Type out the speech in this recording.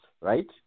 right